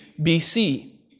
BC